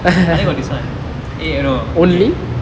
I only got this one eh no no